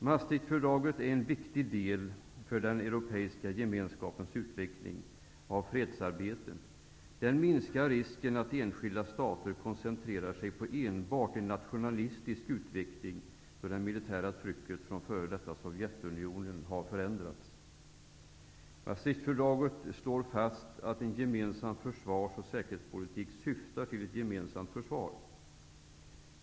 Maastrichtfördraget är en viktig del för den europeiska gemenskapens utveckling av fredsarbetet. Det minskar risken att enskilda stater koncentrerar sig enbart på en nationalistisk utveckling, då nu det militära trycket från f.d. Sovjetunionen har förändrats. Maastrichtfördraget slår fast att en gemensam försvars och säkerhetspolitik syftar till ett gemensamt försvar.